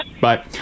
Bye